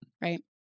right